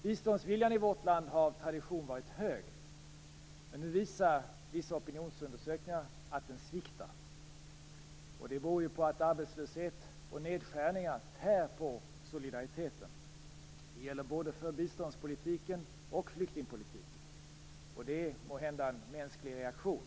Biståndsviljan i vårt land har av tradition varit hög, men nu visar vissa opinionsundersökningar att den sviktar. Det beror ju på att arbetslöshet och nedskärningar tär på solidariteten. Det gäller både för biståndspolitiken och för flyktingpolitiken. Det är måhända en mänsklig reaktion.